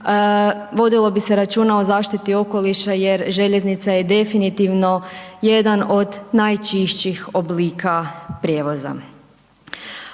vodilo bi se računa o zaštiti okoliša jer željeznica je definitivno jedan od najčišćih oblika prijevoza.